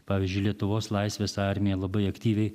pavyzdžiui lietuvos laisvės armija labai aktyviai